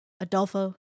Adolfo